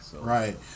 Right